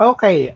Okay